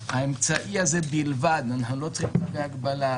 האמצעי הזה בלבד אנחנו לא צריכים צווי הגבלה,